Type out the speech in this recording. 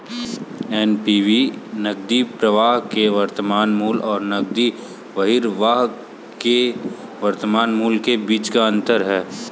NPV नकदी प्रवाह के वर्तमान मूल्य और नकदी बहिर्वाह के वर्तमान मूल्य के बीच का अंतर है